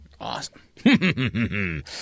Awesome